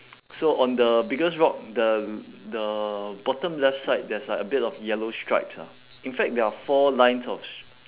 so on the biggest rock the the bottom left side there's like a bit of yellow stripes ah in fact there are four lines of s~